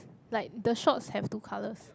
like the socks have two colours